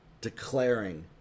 declaring